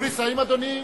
נא לסיים, אדוני.